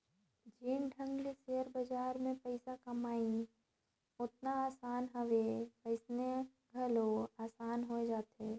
जेन ढंग ले सेयर बजार में पइसा कमई ओतना असान हवे वइसने घलो असान होए जाथे